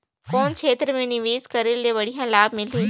कौन क्षेत्र मे निवेश करे ले बढ़िया लाभ मिलही?